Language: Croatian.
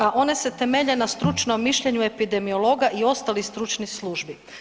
A one se temelje na stručnom mišljenju epidemiologa i ostalih stručnih službi.